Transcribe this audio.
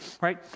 right